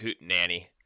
nanny